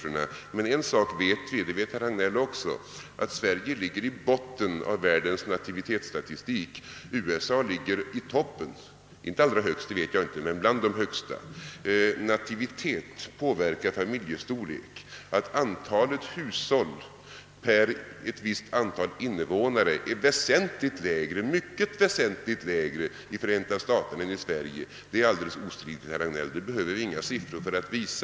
En sak vet vi emellertid — och det gör herr Hagnell också — nämligen att Sverige ligger i botten av världens nativitetsstatistik men USA i toppen, kanske inte allra högst men bland de högsta. Nativiteten påverkar familjestorleken. Att antalet hushåll per ett visst antal invånare är mycket väsentligt lägre 4 Förenta staterna än i Sverige är alldeles ostridigt, herr Hagnell, och det behöver vi inga siffror för att visa.